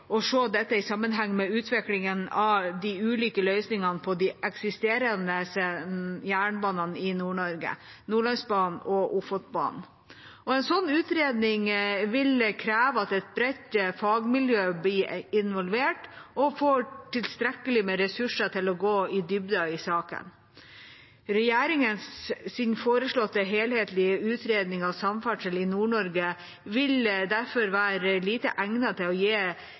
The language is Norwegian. å se dette i sammenheng med utviklingen av de ulike løsningene på de eksisterende jernbanene i Nord-Norge – Nordlandsbanen og Ofotbanen. En slik utredning vil kreve at et bredt fagmiljø blir involvert og får tilstrekkelig med ressurser til å gå i dybden i saken. Regjeringens foreslåtte helhetlige utredning av samferdsel i Nord-Norge vil derfor være lite egnet til å gi